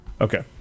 Okay